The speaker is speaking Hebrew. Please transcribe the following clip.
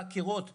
חקירות בפלס,